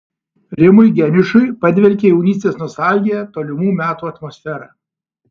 rimui geniušui padvelkia jaunystės nostalgija tolimų metų atmosfera